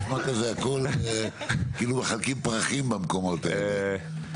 כאילו מחלקים פרחים במקומות האלה.